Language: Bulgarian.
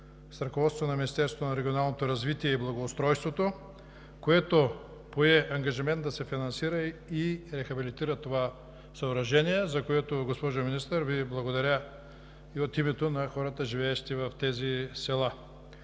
ръководството на Министерството на регионалното развитие и благоустройството, което пое ангажимент да се финансира и рехабилитира това съоръжение, за което, госпожо Министър, Ви благодаря и от името на хората, живеещи в тези села,